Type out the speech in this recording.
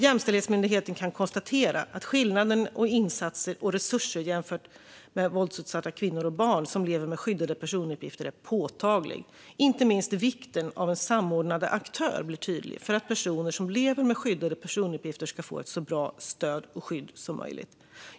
Jämställdhetsmyndigheten kan konstatera att skillnaden på insatser och resurser jämfört med våldsutsatta kvinnor och barn som lever med skyddade personuppgifter är påtaglig. Inte minst blir vikten av en samordnad aktör tydlig för att personer som lever med skyddade personuppgifter ska få ett så bra stöd och skydd som möjligt.